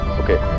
okay